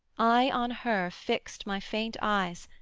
i on her fixt my faint eyes,